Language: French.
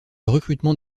recrutement